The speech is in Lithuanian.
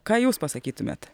ką jūs pasakytumėt